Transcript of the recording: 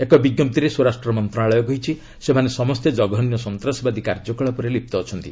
ଏକ ବିଜ୍ଞପ୍ତିରେ ସ୍ୱରାଷ୍ଟ୍ର ମନ୍ତ୍ରଣାଳୟ କହିଛି ସେମାନେ ସମସ୍ତେ ଜଘନ୍ୟ ସନ୍ତାସବାଦୀ କାର୍ଯ୍ୟକଳାପରେ ଲିପ୍ତ ଅଛନ୍ତି